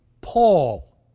Paul